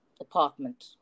apartment